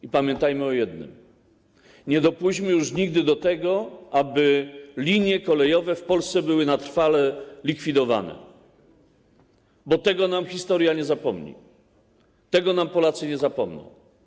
I pamiętajmy o jednym: nie dopuśćmy już nigdy do tego, aby linie kolejowe w Polsce były na trwałe likwidowane, bo tego nam historia nie zapomni, tego nam Polacy nie zapomną.